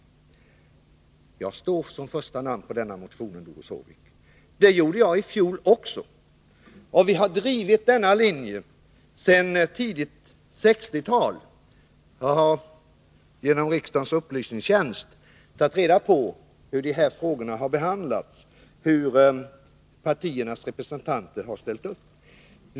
Jag står som första namn på den motionen, Doris Håvik. Det gjorde jag i fjol också. Vi har drivit denna linje sedan tidigt 1960-tal. Jag har genom riksdagens upplysningstjänst tagit reda på hur de här frågorna har behandlats, och hur partiernas representanter har ställt upp.